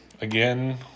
again